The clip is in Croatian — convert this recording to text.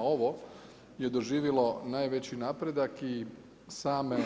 Ovo je doživilo najveći napredak i same